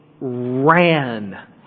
ran